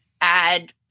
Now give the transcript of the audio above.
add